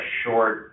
short